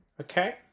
Okay